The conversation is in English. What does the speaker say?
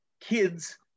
kids